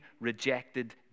rejected